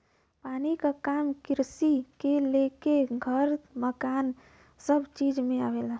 पानी क काम किरसी से लेके घर मकान सभ चीज में आवेला